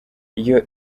iyo